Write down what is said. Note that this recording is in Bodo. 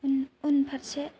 उन उनफारसे